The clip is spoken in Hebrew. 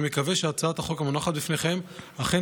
אני מקווה שהצעת החוק המונחת בפניכם אכן